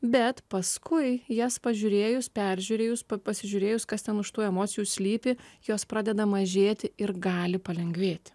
bet paskui jas pažiūrėjus peržiūrėjus pasižiūrėjus kas ten iš tų emocijų slypi jos pradeda mažėti ir gali palengvėti